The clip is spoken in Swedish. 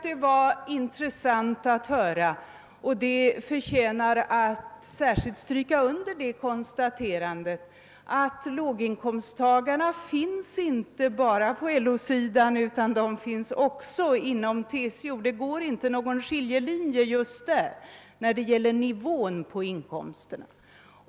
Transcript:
Det var intressant att höra — och det konstaterandet förtjänar att särskilt strykas under att låginkomsttagare finns inte bara på LO-sidan utan också inom TCO. Det går inte någon skiljelinje just dem emellan när det gäller inkomstnivå.